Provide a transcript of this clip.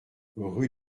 rue